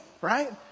right